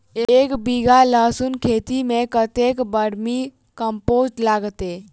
एक बीघा लहसून खेती मे कतेक बर्मी कम्पोस्ट लागतै?